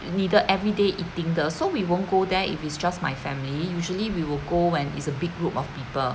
你的 every day eating 的 so we won't go there if it's just my family usually we will go when it's a big group of people